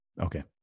Okay